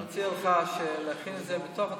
אני מציע לך להכין את זה בתוך התקציב,